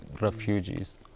refugees